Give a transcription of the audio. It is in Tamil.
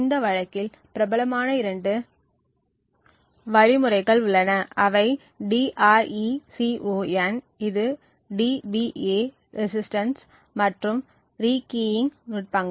இந்த வழக்கில் பிரபலமான இரண்டு வழிமுறைகள் உள்ளன அவை DRECON இது DPA ரெசிஸ்டன்ஸ் மற்றும் ரீகீயிங் நுட்பங்கள்